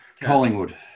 Collingwood